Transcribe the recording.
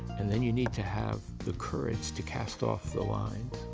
and then, you need to have the courage to cast off the lines,